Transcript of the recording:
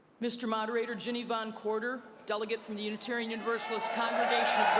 mr. moderator, jenny von courter, delegate from the unitarian universalist congregation